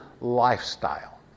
lifestyle